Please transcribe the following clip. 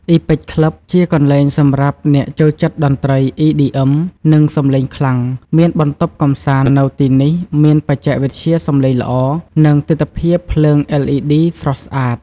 Epic Club ជាកន្លែងសម្រាប់អ្នកចូលចិត្តតន្ត្រី EDM និងសំឡេងខ្លាំង មានបន្ទប់កម្សាន្តនៅទីនេះមានបច្ចេកវិទ្យាសំឡេងល្អ និងទិដ្ឋភាពភ្លើង LED ស្រស់ស្អាត។